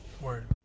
Word